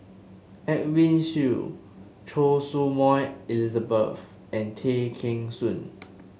Edwin Siew Choy Su Moi Elizabeth and Tay Kheng Soon